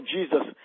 Jesus